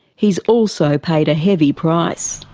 he's also paid a heavy price.